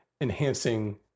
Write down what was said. enhancing